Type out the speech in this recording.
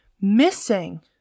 missing